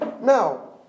Now